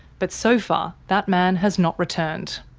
but so far that man has not returned.